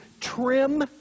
trim